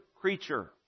creature